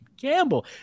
Campbell